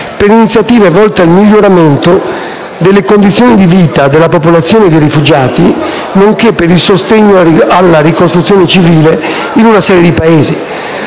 per iniziative volte al miglioramento delle condizioni di vita della popolazione e dei rifugiati, nonché per il sostegno alla ricostruzione civile, in una serie di Paesi: